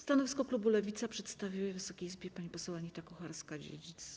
Stanowisko klubu Lewica przedstawi Wysokiej Izbie pani poseł Anita Kucharska-Dziedzic.